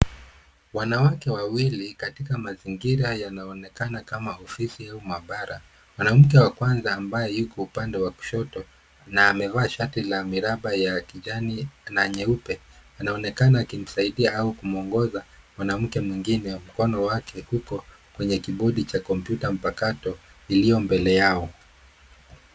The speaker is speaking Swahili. Wanawake wawili, katika mazingira yanayoonekana kama ofisi au maabara .Mwanamke wa kwanza ambaye yuko upande wa kushoto na amevaa shati la miraba ya kijani na nyeupe, anaonekana akimsaidia au kumwongoza mwanamke mwingine mkono wake uko kwenye kibodi cha kompyuta mpakato iliyo mbele yao.